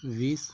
वीस